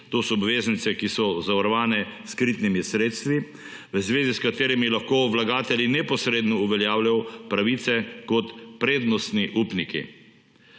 to so obveznice, ki so zavarovane s kritnimi sredstvi, v zvezi s katerimi lahko vlagatelji neposredno uveljavljajo pravice kot prednostni upniki.